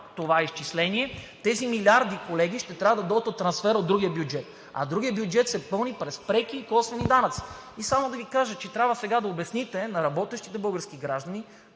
това изчисление и тези милиарди, колеги, ще трябва да дойдат от трансфер от другия бюджет, а другият бюджет се пълни през преки и косвени данъци. Само да Ви кажа, че сега трябва да обясните на работещите български граждани